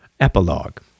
Epilogue